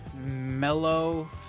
mellow